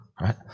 right